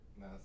No